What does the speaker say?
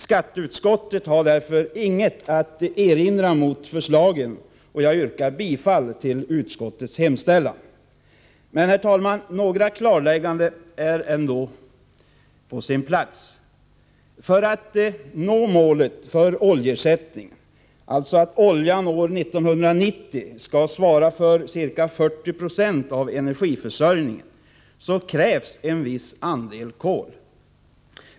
Skatteutskottet har därför inget att erinra mot förslagen, och jag yrkar bifall till utskottets hemställan. Några klarlägganden är ändå på sin plats. För att nå målet för oljeersättningspolitiken — att oljan år 1990 skall svara för ca 40 90 av energiförsörjningen — krävs en viss andel kol.